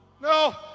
no